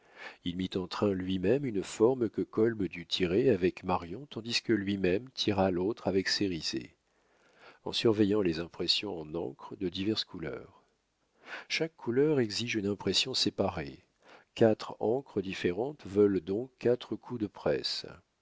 il mit en train lui-même une forme que kolb dut tirer avec marion tandis que lui-même tira l'autre avec cérizet en surveillant les impressions en encres de diverses couleurs chaque couleur exige une impression séparée quatre encres différentes veulent donc quatre coups de presse